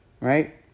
Right